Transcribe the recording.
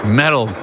metal